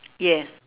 yes